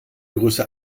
größe